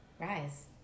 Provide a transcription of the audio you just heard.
rise